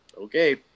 Okay